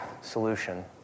solution